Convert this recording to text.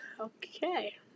Okay